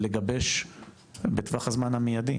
לגבש בטווח הזמן המיידי,